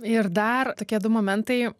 ir dar tokie du momentai